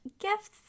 gifts